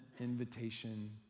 invitation